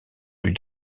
plus